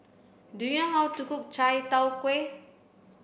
do you how to cook chai tow kway